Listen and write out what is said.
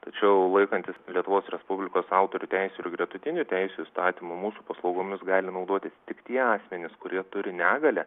tačiau laikantis lietuvos respublikos autorių teisių ir gretutinių teisių įstatymo mūsų paslaugomis gali naudotis tik tie asmenys kurie turi negalią